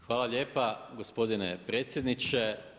Hvala lijepa gospodine predsjedniče.